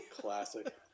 Classic